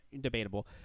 debatable